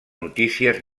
notícies